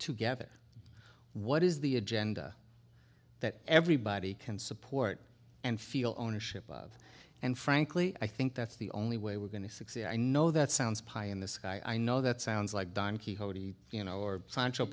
to gather what is the agenda that everybody can support and feel ownership of and frankly i think that's the only way we're going to succeed i know that sounds pie in the sky i know that sounds like don quixote you know or